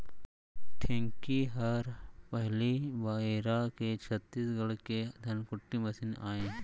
ढेंकी हर पहिली बेरा के छत्तीसगढ़ के धनकुट्टी मसीन आय